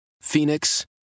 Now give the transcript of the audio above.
Phoenix